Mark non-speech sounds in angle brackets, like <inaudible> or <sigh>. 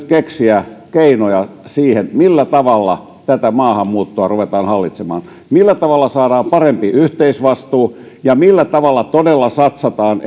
<unintelligible> keksiä keinoja siihen millä tavalla maahanmuuttoa ruvetaan hallitsemaan millä tavalla saadaan parempi yhteisvastuu ja millä tavalla todella satsataan <unintelligible>